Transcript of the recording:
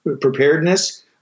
preparedness